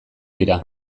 dira